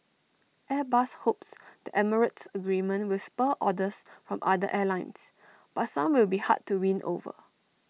airbus hopes the emirates agreement will spur orders from other airlines but some will be hard to win over